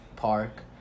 park